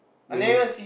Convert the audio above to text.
really